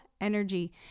energy